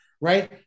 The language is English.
Right